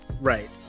Right